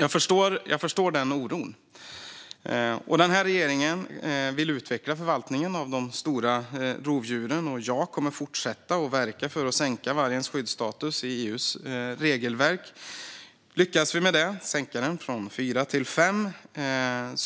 Jag förstår den oron. Denna regering vill utveckla förvaltningen av de stora rovdjuren, och jag kommer att fortsätta att verka för att sänka vargens skyddsstatus i EU:s regelverk. Lyckas vi med det, att flytta vargen från bilaga 4 till bilaga